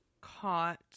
caught